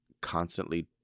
constantly